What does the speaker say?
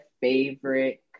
favorite